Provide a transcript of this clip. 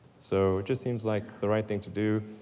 so, it just seems like the right thing to do,